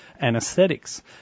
anesthetics